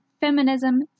feminism